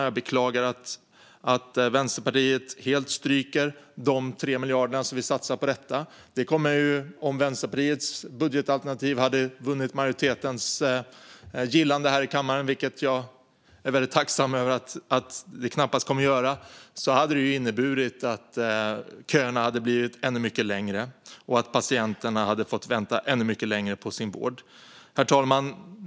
Jag beklagar att Vänsterpartiet helt stryker de tre miljarder som vi satsar på detta. Om Vänsterpartiets budgetalternativ hade vunnit majoritetens gillande här i kammaren - jag är tacksam över att det knappast kommer att göra det - skulle det ha inneburit att köerna hade blivit ännu längre och att patienterna hade fått vänta ännu längre på sin vård. Herr talman!